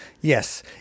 Yes